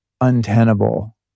untenable